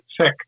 sick